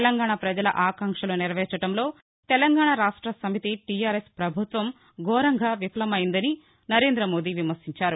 తెలంగాణ ప్రజల ఆకాంక్షలు నెరవేర్చడంలో తెలంగాణ రాష్టసమితి టీఆర్ ఎస్ పభుత్వం ఘోరంగా విఫలమైందని నరేంద్రమోదీ విమర్భించారు